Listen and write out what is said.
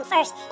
First